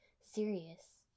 Serious